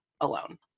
alone